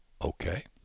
Okay